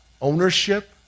ownership